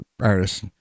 artists